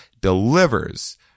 delivers